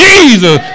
Jesus